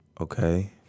Okay